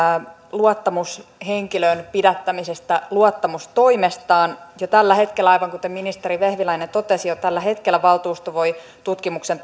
luottamushenkilön pidättämisestä luottamustoimestaan jo tällä hetkellä aivan kuten ministeri vehviläinen totesi valtuusto voi tutkimuksen